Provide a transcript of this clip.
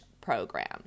program